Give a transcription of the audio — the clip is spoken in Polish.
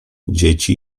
dzieci